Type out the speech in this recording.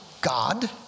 God